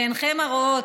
ועיניכם הרואות,